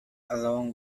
along